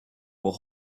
will